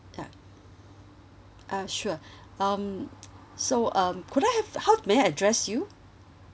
ya uh sure um so um could I have how may I address you